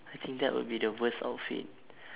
I think that would be the worst outfit